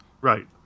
Right